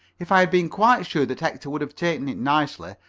if i had been quite sure that hector would have taken it nicely,